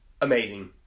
Amazing